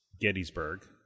Gettysburg